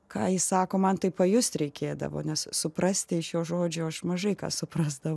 ką jis sako man tai pajust reikėdavo nes suprasti iš jo žodžių aš mažai kas suprasdavau